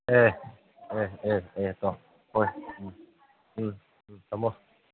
ꯑꯦ ꯑꯦ ꯑꯦ ꯑꯦ ꯇꯣ ꯍꯣꯏ ꯎꯝ ꯎꯝ ꯎꯝ ꯊꯝꯃꯣ